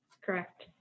Correct